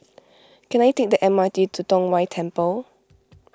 can I take the M R T to Tong Whye Temple